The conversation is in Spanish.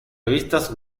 revistas